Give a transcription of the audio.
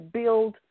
build